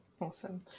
Awesome